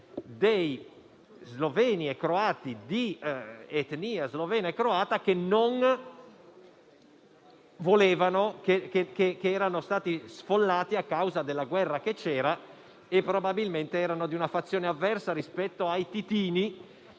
erano stati sfollati a causa della guerra e che probabilmente erano di una fazione avversa rispetto ai titini